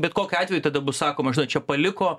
bet kokiu atveju tada bus sakoma žinot čia paliko